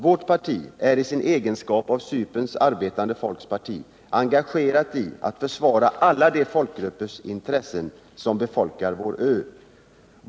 ——— Vårt parti är i sin egenskap av Cyperns arbetande folks parti engagerat i och försvarar alla de folkgruppers intressen som befolkar vår ö.